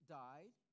died